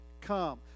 come